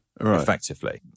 effectively